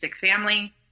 family